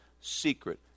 secret